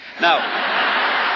Now